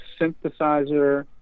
synthesizer